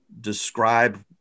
describe